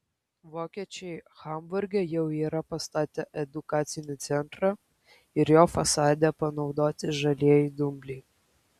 vokiečiai hamburge jau yra pastatę edukacinį centrą ir jo fasade panaudoti žalieji dumbliai